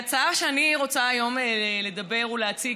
ההצעה שאני רוצה היום לדבר עליה ולהציג